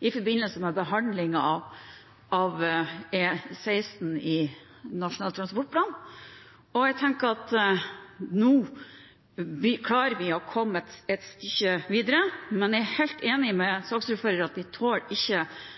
i forbindelse med behandlingen av E16 i Nasjonal transportplan, og jeg tenker at nå klarer vi å komme et stykke videre. Men jeg er helt enig med saksordføreren i at vi ikke tåler